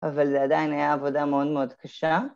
‫אבל עדיין הייתה עבודה ‫מאוד מאוד קשה.